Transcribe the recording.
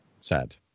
Sad